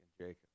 Jacob